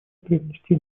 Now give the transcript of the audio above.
привнести